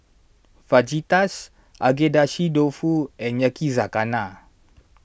Fajitas Agedashi Dofu and Yakizakana